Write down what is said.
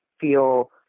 feel